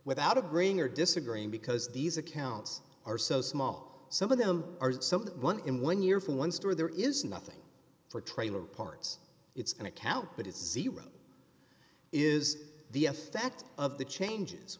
without agreeing or disagreeing because these accounts are so small some of them are one in one year for one store there is nothing for trailer parts it's an account but it's zero is the effect of the changes